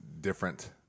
different